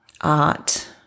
art